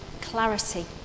clarity